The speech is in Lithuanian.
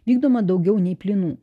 vykdoma daugiau nei plynų